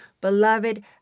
Beloved